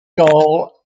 goal